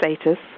status